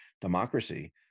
democracy